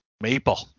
Maple